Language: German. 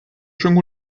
schönen